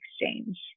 exchange